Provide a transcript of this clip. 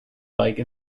like